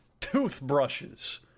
Toothbrushes